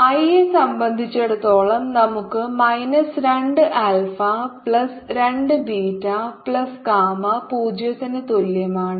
2α3β 1 I യെ സംബന്ധിച്ചിടത്തോളം നമുക്ക് minus 2 alpha plus 2 beta plus gamma 0 ന് തുല്യമാണ്